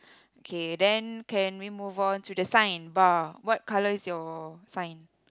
okay then can we move on to the sign bar what colour is your sign